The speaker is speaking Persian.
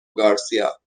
گارسیا